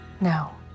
Now